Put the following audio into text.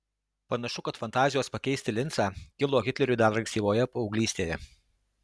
panašu kad fantazijos pakeisti lincą kilo hitleriui dar ankstyvoje paauglystėje